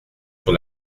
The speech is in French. sur